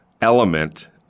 element